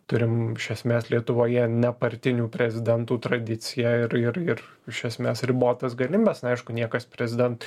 turim iš esmės lietuvoje nepartinių prezidentų tradiciją ir ir ir iš esmės ribotas galimybes na aišku niekas prezidentui